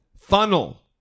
funnel